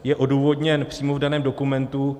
Je odůvodněn přímo v daném dokumentu.